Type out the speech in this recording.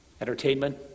entertainment